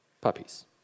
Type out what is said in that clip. Puppies